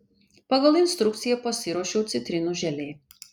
pagal instrukciją pasiruošiau citrinų želė